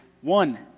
one